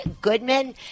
Goodman